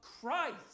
Christ